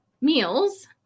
meals